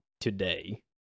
today